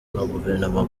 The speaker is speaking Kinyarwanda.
guverinoma